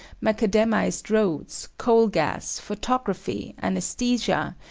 macadamised roads, coal gas, photography, anaesthesia,